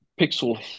Pixel